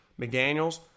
McDaniels